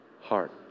heart